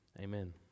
amen